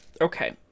Okay